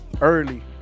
early